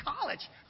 college